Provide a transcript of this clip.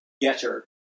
Getter